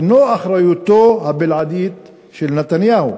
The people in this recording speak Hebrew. אינו אחריותו הבלעדית של נתניהו,